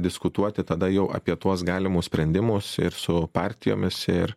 diskutuoti tada jau apie tuos galimus sprendimus ir su partijomis ir